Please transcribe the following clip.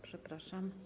Przepraszam.